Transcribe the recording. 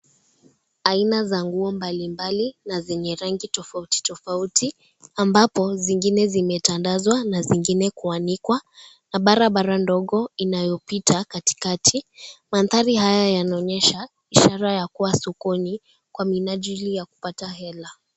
Aina za nguo mbalimbali, na zenye rangi tofauti tofauti ambapo, zingine zimetandazwa na zingine kuanikwa na barabara ndogo inayopita katikati. Mandhari haya yanaonyesha ishara ya kuwa sokoni kwa minajili ya kupata hela.